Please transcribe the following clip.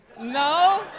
no